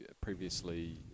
previously